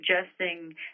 suggesting